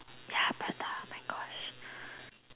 ya prata my gosh